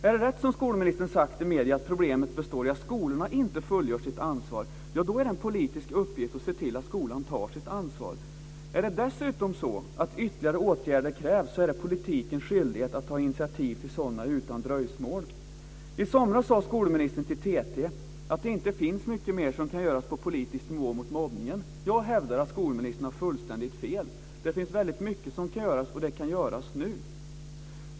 Är det rätt som skolministern sagt i medierna att problemet består i att skolorna inte fullgör sitt ansvar är det en politisk uppgift att se till att skolan tar sitt ansvar. Är det dessutom så att ytterligare åtgärder krävs är det politikens skyldighet att ta initiativ till sådana utan dröjsmål. I somras sade skolministern till TT att det inte finns mycket mer som kan göras på politisk nivå mot mobbningen. Jag hävdar att skolministern har fullständigt fel. Det finns väldigt mycket som kan göras, och det kan göras nu.